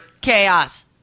chaos